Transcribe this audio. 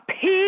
peace